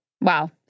Wow